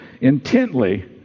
intently